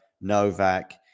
Novak